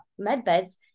medbeds